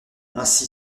ainsi